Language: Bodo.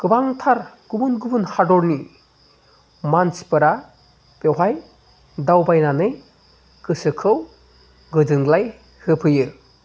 गोबांथार गुबुन गुबुन हादरनि मानसिफोरा बेवहाय दावबायनानै गोसोखौ गोजोनग्लाय होफैयो